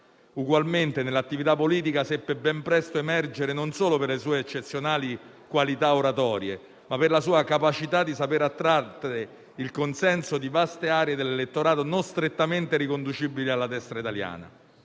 Ugualmente nell'attività politica seppe ben presto emergere non solo per le sue eccezionali qualità oratorie, ma anche per la sua capacità di saper attrarre il consenso di vaste aree dell'elettorato non strettamente riconducibili alla destra italiana.